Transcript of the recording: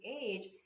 age